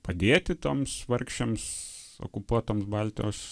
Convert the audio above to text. padėti toms vargšėms okupuotoms baltijos